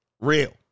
real